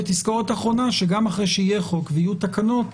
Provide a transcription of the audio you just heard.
ותזכורת אחרונה, שגם כשיהיה חוק ויהיו תקנות,